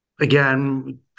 again